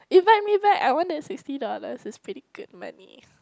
invite me back I want the sixty dollars it's pretty good money